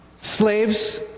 Slaves